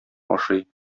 ашый